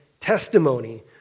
testimony